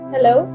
Hello